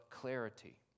clarity